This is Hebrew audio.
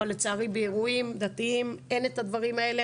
אבל לצערי באירועים דתיים אין את הדברים האלה,